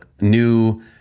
new